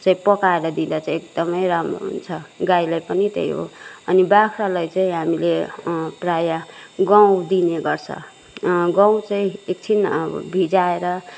चाहिँ पकाएर दिँदा चाहिँ एकमदै राम्रो हुन्छ गाईलाई पनि त्यही हो अनि बाख्रालाई चाहिँ हामीले प्राय गहुँ दिने गर्छ गहुँ चाहिँ एकछिन अब भिजाएर